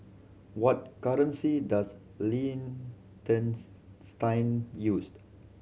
what currency does Liechtenstein use